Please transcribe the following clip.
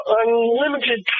unlimited